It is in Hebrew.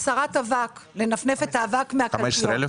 הסרת אבק, לנקות את האבק מהקלפיות.